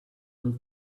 will